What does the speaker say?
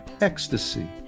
ecstasy